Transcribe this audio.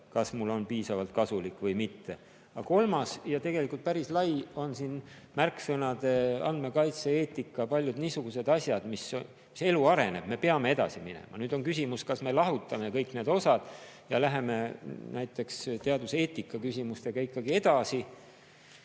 on mulle piisavalt kasulik või mitte. Kolmas ja tegelikult päris lai on teema, mida iseloomustavad märksõnad "andmekaitse", "eetika" ja paljud niisugused asjad. Elu areneb, me peame edasi minema. Nüüd on küsimus, kas me lahutame kõik need osad ja läheme näiteks teaduseetika küsimustega edasi.